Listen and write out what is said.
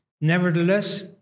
Nevertheless